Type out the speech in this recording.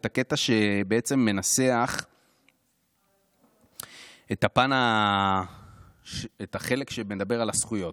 את הקטע שבעצם מנסח את החלק שמדבר על הזכויות,